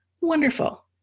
Wonderful